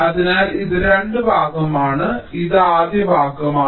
അതിനാൽ ഇത് രണ്ടാം ഭാഗമാണ് ഇത് ആദ്യ ഭാഗമാണ്